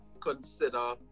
consider